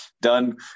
done